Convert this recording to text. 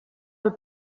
peu